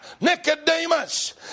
Nicodemus